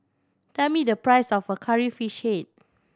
tell me the price of Curry Fish Head